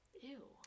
Ew